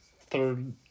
Third